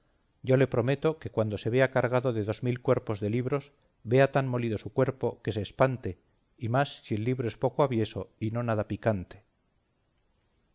yo le prometo que cuando se vea cargado de dos mil cuerpos de libros vea tan molido su cuerpo que se espante y más si el libro es un poco avieso y no nada picante